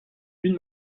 une